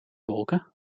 wolken